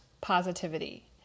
positivity